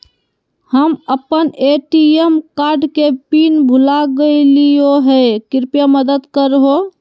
हम अप्पन ATM card के पिन भुला गेलिओ हे कृपया मदद कर हो